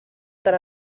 tant